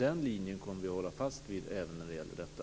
Den linjen kommer vi att hålla fast vid även när det gäller detta.